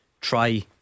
try